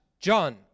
John